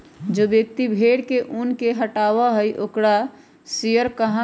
जो व्यक्ति भेड़ के ऊन के हटावा हई ओकरा शियरर कहा हई